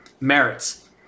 merits